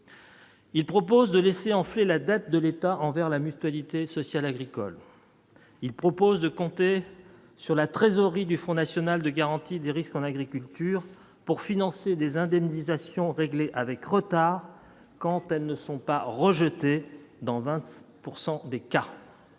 Il propose de laisser enfler la dette de l'État envers la Mutualité sociale agricole, il propose de compter sur la trésorerie du Front national de garantie des risques en agriculture pour financer des indemnisations régler avec retard, quand elles ne sont pas rejetés dans 20 pourcent